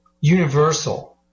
universal